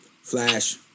Flash